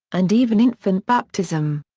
and even infant baptism.